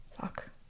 Fuck